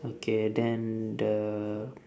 okay then the